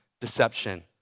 deception